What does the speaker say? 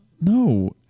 No